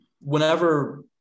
whenever